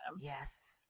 yes